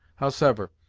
howsever,